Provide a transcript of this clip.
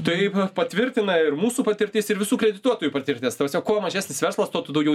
tai patvirtina ir mūsų patirtis ir visų kredituotojų patirtis ta prasme kuo mažesnis verslas tuo tu daugiau